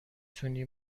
تونی